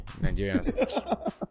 Nigerians